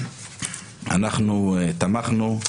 אנחנו תמכנו,